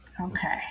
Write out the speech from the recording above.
okay